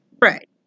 Right